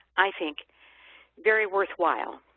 i think very worthwhile.